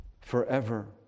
forever